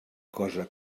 cosa